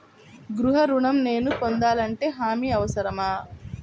గృహ ఋణం నేను పొందాలంటే హామీ అవసరమా?